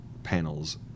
panels